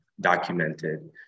documented